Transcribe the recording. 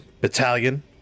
battalion